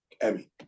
Emmy